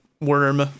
worm